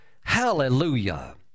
hallelujah